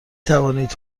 توانید